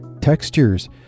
textures